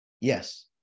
Yes